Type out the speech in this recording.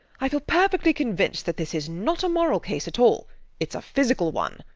i feel perfectly convinced that this is not a moral case at all it's a physical one.